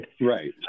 Right